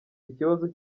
ikibazo